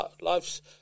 life's